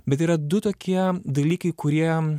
bet yra du tokie dalykai kurie